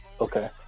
Okay